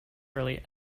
early